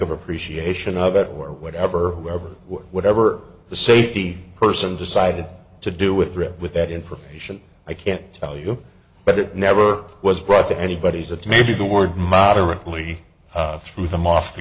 of appreciation of it or whatever whatever whatever the safety person decide to do with rip with that information i can't tell you but it never was brought to anybody's that maybe the word moderately threw them off